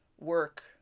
work